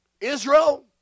Israel